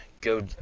go